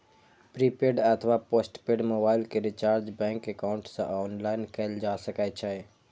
prepaid अथवा postpaid mobile के recharge bank account सं ऑनलाइन कैल जा सकै छै